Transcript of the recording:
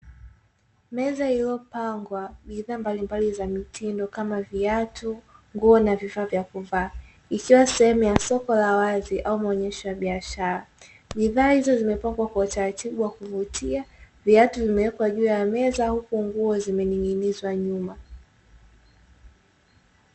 Meza iliyopangwa bidhaa mbalimbali za mitindo kama viatu, nguo na vifaa vya kuvaa ikiwa sehemu ya soko la wazi au maonyesho ya biashara, bidhaa hizo zimepangwa kwa utaratibu wa kuvutia, viatu vimewekwa juu ya meza huku nguo zimening'inizwa nyuma.